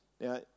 Now